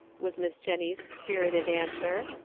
was miss jennie's spirited answer.